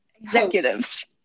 executives